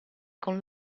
con